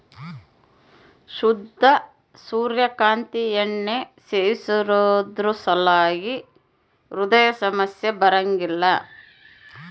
ಶುದ್ಧ ಸೂರ್ಯ ಕಾಂತಿ ಎಣ್ಣೆ ಸೇವಿಸೋದ್ರಲಾಸಿ ಹೃದಯ ಸಮಸ್ಯೆ ಬರಂಗಿಲ್ಲ